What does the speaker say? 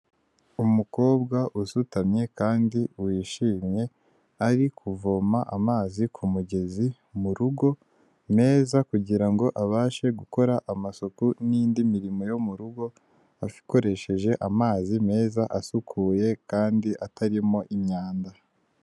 Umukobwa usutamye kandi wishimye, ari kuvoma amazi kumugezi murugo, meza kugira ngo abashe gukora amasuku n'indi mirimo yo mu rugo akoresheje amazi meza asukuye kandi atarimo imyanda.